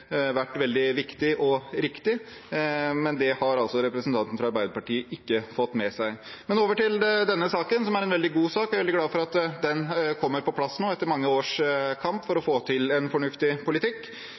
vært veldig viktig og riktig, men det har altså representanten fra Arbeiderpartiet ikke fått med seg. Men over til denne saken, som er en veldig god sak. Jeg er veldig glad for at den kommer på plass nå, etter mange års kamp for